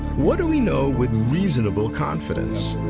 what do we know with reasonable confidence,